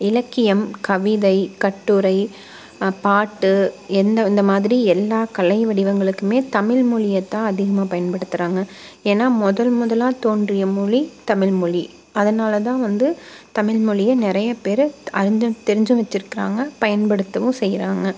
இலக்கியம் கவிதை கட்டுரை பாட்டு எந்த இந்த மாதிரி எல்லா கலை வடிவங்களுக்குமே தமிழ் மொழியை தான் அதிகமாக பயன்படுத்தறாங்க ஏன்னால் முதல் முதலா தோன்றிய மொழி தமிழ்மொழி அதனால் தான் வந்து தமிழ்மொழியை நிறைய பேர் அறிந்தும் தெரிஞ்சும் வச்சுருக்குறாங்க பயன்படுத்தவும் செய்கிறாங்க